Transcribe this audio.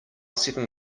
seven